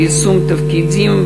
ליישום תפקידים.